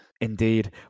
Indeed